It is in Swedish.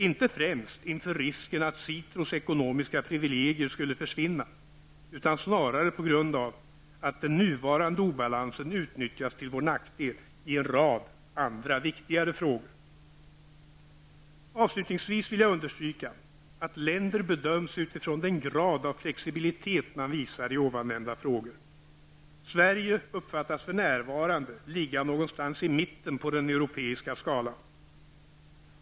Inte främst inför risken att SITROs ekonomiska privilegier skulle försvinna, utan snarare på grund av att den nuvarande obalansen utnyttjas till vår nackdel i en rad andra, viktigare frågor. Avslutningsvis vill jag understryka att länder bedöms utifrån den grad av flexibilitet man visar i ovannämnda frågor. Sverige uppfattas för närvarande ligga någonstans i mitten på den europeiska skalan.